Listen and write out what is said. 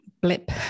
blip